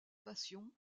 passion